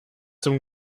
zum